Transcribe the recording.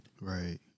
Right